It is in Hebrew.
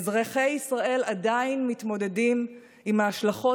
אזרחי ישראל עדיין מתמודדים עם ההשלכות